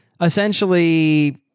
essentially